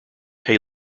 hey